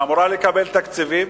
והיא אמורה לקבל תקציבים,